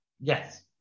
Yes